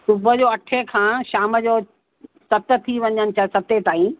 सुबुह जो अठ खां शाम जो सत थी वञनि छह सत ताईं